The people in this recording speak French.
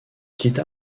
quitta